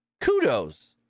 Kudos